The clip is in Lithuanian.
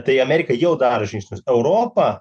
tai amerika jau daro žingsnius europa